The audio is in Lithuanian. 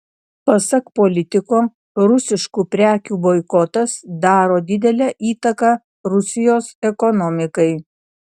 pasak politiko rusiškų prekių boikotas daro didelę įtaką rusijos ekonomikai